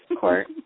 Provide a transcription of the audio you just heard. court